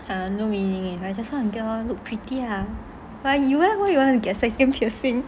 er no meaning I just want to get and look pretty lah why you leh why you want to get second piercing